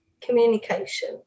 communication